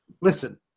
listen